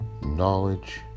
Knowledge